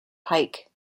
pike